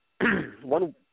one